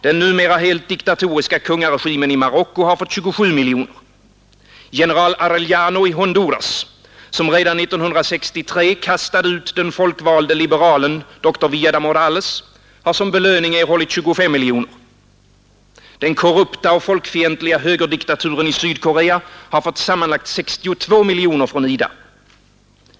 Den numera helt diktatoriska kungaregimen i Marocko har fått 27 miljoner, general Arellano i Honduras, som redan 1963 kastade ut den folkvalde liberalen dr Villeda Morales, har som belöning erhållit 25 miljoner. Den korrupta och folkfientliga högerdiktaturen i Sydkorea har fått sammanlagt 62 miljoner från IDA.